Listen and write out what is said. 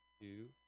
two